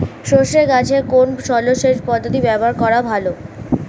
সরষে গাছে কোন জলসেচ পদ্ধতি ব্যবহার করা ভালো?